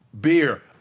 Beer